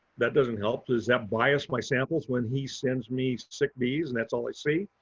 that doesn't help. does that bias my samples when he sends me sick bees and that's all i see?